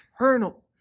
eternal